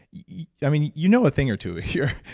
yeah mean, you know a thing or two here.